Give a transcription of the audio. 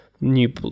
New